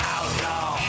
Outlaw